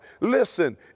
Listen